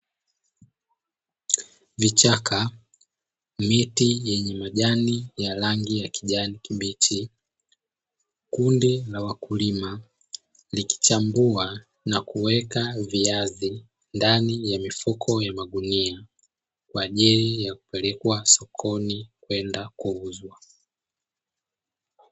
Vichaka, miti yenye majani ya rangi ya kijanj kibichi, kundi la wakulima likichambua na kuweka viazi ndani ya mifuko ya magunia, kwa ajili ya kupelekwa sokoni kwenda kuuzwa.